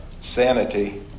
sanity